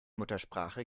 muttersprache